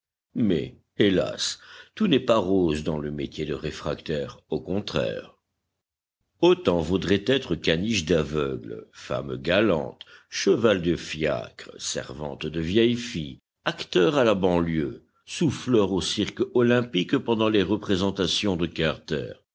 mais hélas tout n'est pas rose dans le métier de réfractaire au contraire autant vaudrait être caniche d'aveugle femme galante cheval de fiacre servante de vieille fille acteur à la banlieue souffleur au cirque-olympique pendant les représentations de carter